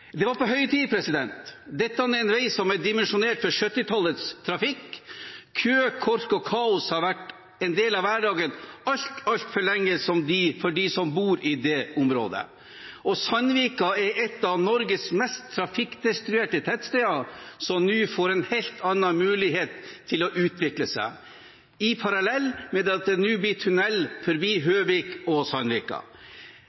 Det var på høy tid. Dette er en vei som er dimensjonert for 1970-tallets trafikk. Kø, kork og kaos har vært en del av hverdagen altfor lenge for dem som bor i det området. Sandvika er et av Norges mest trafikkdestruerte tettsteder, som nå får en helt annen mulighet til å utvikle seg, parallelt med at det nå blir